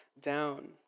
down